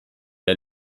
der